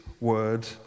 word